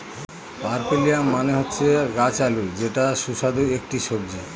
purple yam মানে হচ্ছে গাছ আলু যেটা সুস্বাদু একটি সবজি